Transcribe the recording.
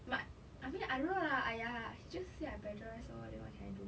but I mean I don't know lah !aiya! just say I plagiarised lor then what can I do